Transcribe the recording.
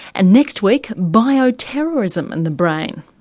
and next week bio-terrorism and the brain,